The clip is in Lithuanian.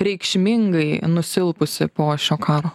reikšmingai nusilpusi po šio karo